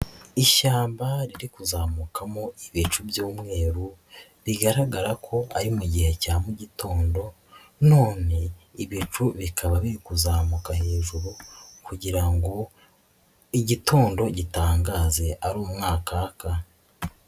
Ishyamba riri kuzamukamo ibicu by'umweru bigaragara ko ari mu gihe cya gitondo none ibicu bikaba biri kuzamuka hejuru kugira ngo igitondo gitangaze ari umwakaka.